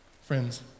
Friends